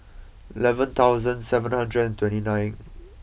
eleven thousand seven hundred and twenty nine